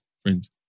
friends